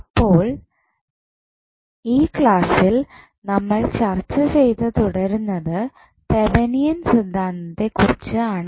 അപ്പോൾ ഈ ക്ലാസ്സിൽ നമ്മൾ ചർച്ച ചെയ്തു തുടരുന്നത് തെവനിയൻ സിദ്ധാന്തത്തെക്കുറിച്ച് ആണ്